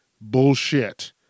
Bullshit